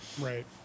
right